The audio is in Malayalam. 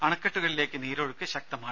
അണക്കെട്ടുകളിലേക്ക് നീരൊഴുക്ക് ശക്തമാണ്